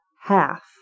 half